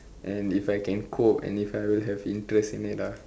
and if I can cope and if I will have interest in it lah